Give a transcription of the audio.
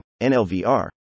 NLVR